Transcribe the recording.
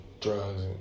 drugs